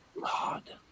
God